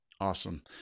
Awesome